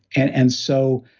and and so,